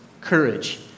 courage